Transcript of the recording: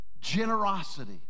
generosity